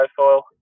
Foil